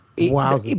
Wow